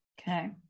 okay